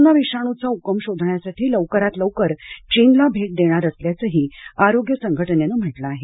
corona विषाणूचा उगम शोधण्यासाठी लवकरात लवकर चीनला भेट देणार असल्याचंही आरोग्य संघटनेनं सांगितलं आहे